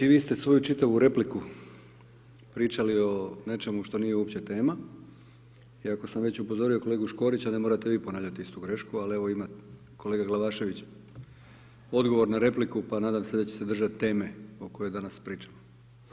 I vi ste svoju čitavu repliku pričali o nečemu što nije uopće tema, i ako sam već upozorio kolegu Škorića, ne morate vi ponavljati istu grešku, ali evo ima kolega Glavašević odgovor na repliku, pa nadam se da će se držati teme o kojoj danas pričamo.